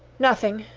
nothing,